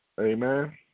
Amen